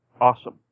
Awesome